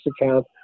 account